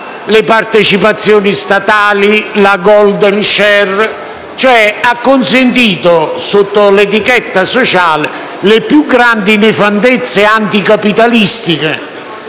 le partecipazioni statali e la *golden share*; cioè ha consentito sotto l'etichetta «sociale» le più grandi nefandezze anticapitalistiche,